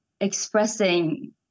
expressing